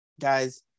guys